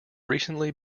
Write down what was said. recently